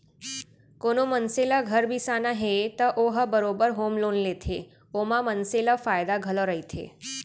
कोनो मनसे ल घर बिसाना हे त ओ ह बरोबर होम लोन लेथे ओमा मनसे ल फायदा घलौ रहिथे